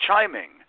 chiming